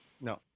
No